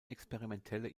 experimentelle